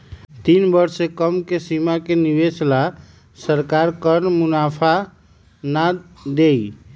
तीन वर्ष से कम के सीमा के निवेश ला सरकार कर मुनाफा ना देई